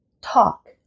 Talk